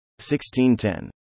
1610